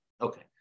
Okay